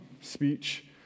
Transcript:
speech